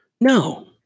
No